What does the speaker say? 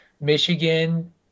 Michigan